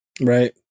Right